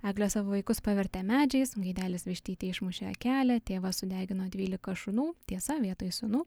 eglė savo vaikus pavertė medžiais gaidelis vištytei išmušė akelę tėvas sudegino dvylika šunų tiesa vietoj sūnų